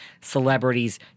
celebrities